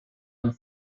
and